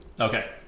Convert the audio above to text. Okay